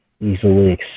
easily